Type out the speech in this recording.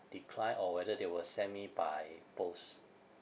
declined or whether they will send me by post